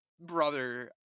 brother